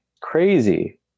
crazy